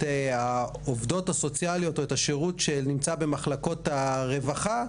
העובדות הסוציאליות או את השירות שנמצא במחלקות הרווחה.